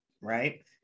right